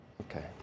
Okay